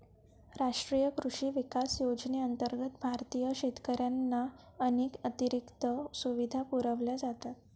राष्ट्रीय कृषी विकास योजनेअंतर्गत भारतीय शेतकऱ्यांना अनेक अतिरिक्त सुविधा पुरवल्या जातात